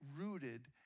rooted